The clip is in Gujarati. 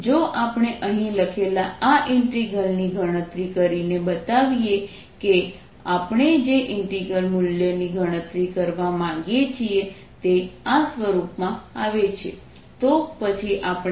જો આપણે અહીં લખેલા આ ઇન્ટિગ્રલ ની ગણતરી કરીને બતાવીએ કે આપણે જે ઇન્ટિગ્રલ મૂલ્યની ગણતરી કરવા માંગીએ છીએ તે આ સ્વરૂપમાં આવે છે તો પછી આપણે સંબંધિત કરી શકીશું